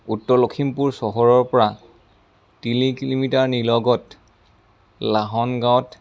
উত্তৰ লখিমপুৰ চহৰৰ পৰা তিনি কিলোমিটাৰ নিলগত লাহন গাঁৱত